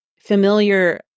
Familiar